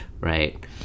right